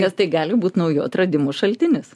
nes tai gali būt naujų atradimų šaltinis